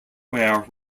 where